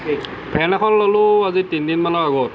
ফেন এখন ললোঁ আজি তিনদিনমানৰ আগত